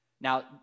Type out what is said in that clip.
Now